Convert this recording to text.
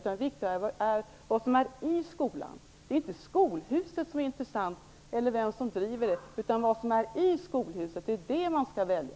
Det är inte skolhuset eller vem som driver skolan som är intressant. Det är den verksamhet som bedrivs i skolhuset som man skall välja.